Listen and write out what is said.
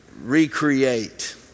recreate